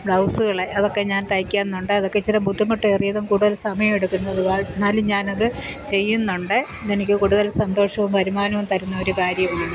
ബ്ലൗസ്കള് അതൊക്കെ ഞാൻ തയ്ക്കുന്നുണ്ട് അതൊക്കെ ഇച്ചിരി ബുദ്ധിമുട്ടേറിയതും കൂടുതൽ സമയം എടുക്കുന്നതുമാണ് എന്നാലും ഞാനത് ചെയ്യുന്നുണ്ട് അതെനിക്ക് കൂടുതൽ സന്തോഷവും വരുമാനവും തരുന്ന ഒരു കാര്യമാണ്